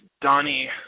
Donnie